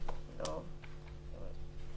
למשל-